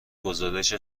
گزارش